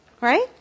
Right